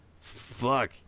fuck